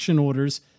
orders